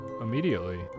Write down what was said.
immediately